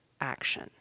action